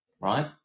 Right